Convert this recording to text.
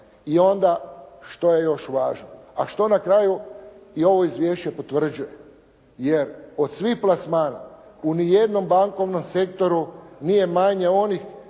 I onda što je još važno. A što na kraju i ovo izvješće i potvrđuje, jer od svih plasmana u ni jednom bankovnom sektoru nije manje onih